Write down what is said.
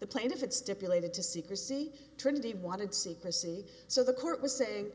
the plane if it stipulated to secrecy trinity wanted secrecy so the court was saying